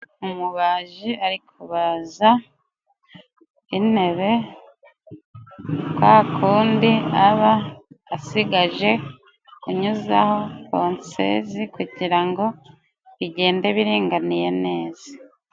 Umubaji ari kubaza intebe kwa kundi aba asigaje kunyuzaho ponseze kugira ngo bigende biringaniye neza.